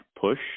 push